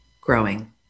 growing